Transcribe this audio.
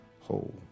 whole